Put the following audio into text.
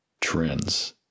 trends